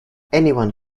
anyone